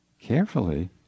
carefully